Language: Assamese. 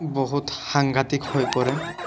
বহুত সাংঘাটিক হৈ পৰে